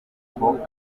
bwoko